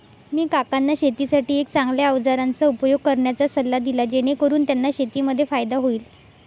मी काकांना शेतीसाठी एक चांगल्या अवजारांचा उपयोग करण्याचा सल्ला दिला, जेणेकरून त्यांना शेतीमध्ये फायदा होईल